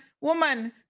Woman